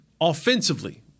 Offensively